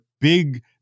big